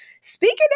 speaking